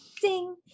ding